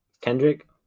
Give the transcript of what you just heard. kendrick